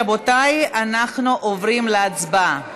רבותיי, אנחנו עוברים להצבעה.